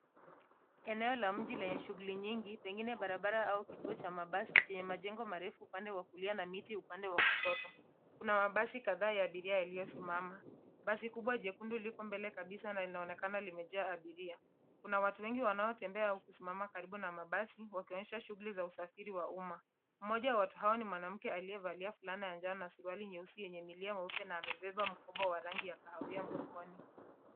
Eneo la mji lenye shughuli nyingi pengine barabara au kituo cha mabasi chenye majengo marefu upande wa kulia na miti upande wa kushoto. Kuna mabasi kadhaa ya abiria yaliyo simama. Basi kubwa jekundu liko mbele kabisa na linaonekana limejaa abiria. Kuna watu wengi wanaotembea au kusimama karibu na mabasi wakionyesha shughuli za usafiri wa umma. Mmoja wa watu hao ni mwanamke aliyevalia fulana ya njano na suruali nyeusi yenye milia meupe na amebeba mkoba wa rangi ya kahawia mgongoni.